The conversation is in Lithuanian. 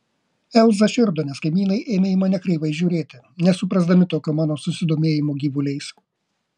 elza širdo nes kaimynai ėmė į mane kreivai žiūrėti nesuprasdami tokio mano susidomėjimo gyvuliais